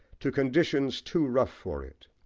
to conditions too rough for it.